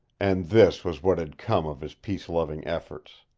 and this was what had come of his peace-loving efforts!